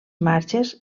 marxes